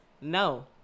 No